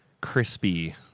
crispy